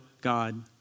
God